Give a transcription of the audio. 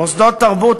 מוסדות תרבות,